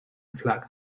flag